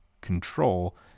control